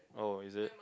oh is it